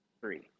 three